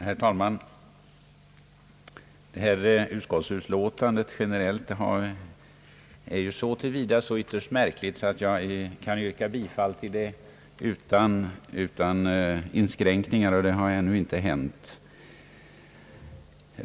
Herr talman! Detta utskottsutlåtande är ju generellt sett ytterst märkligt så till vida, att jag kan yrka bifall till det utan inskränkning, och det har ännu inte hänt.